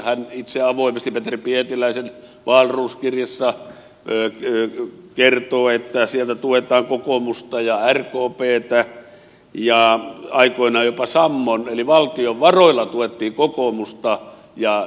hän itse avoimesti pietiläisen wahlroos kirjassa kertoo että sieltä tuetaan kokoomusta ja rkptä ja aikoinaan jopa sammon eli valtion varoilla tuettiin kokoomusta ja rkptä